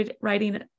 writing